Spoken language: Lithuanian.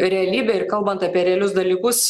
realybę ir kalbant apie realius dalykus